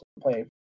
play